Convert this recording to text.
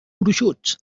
gruixuts